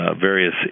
various